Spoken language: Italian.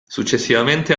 successivamente